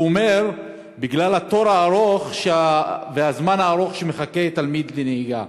והוא אומר: בגלל התור הארוך והזמן הארוך שמחכה תלמיד לנהיגה,